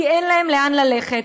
כי אין להם לאן ללכת.